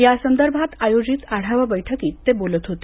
या संदर्भात आयोजित आढावा बैठकीत ते बोलत होते